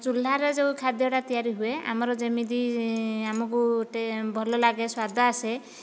ଚୁଲାରେ ଯେଉଁ ଖାଦ୍ୟଟା ତିଆରି ହୁଏ ଆମର ଯେମିତି ଆମକୁ ଗୋଟିଏ ଭଲ ଲାଗେ ସ୍ୱାଦ ଆସେ